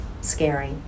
scary